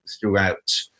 throughout